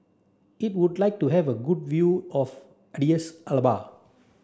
it would like to have a good view of Addis Ababa